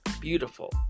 beautiful